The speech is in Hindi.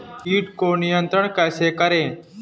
कीट को नियंत्रण कैसे करें?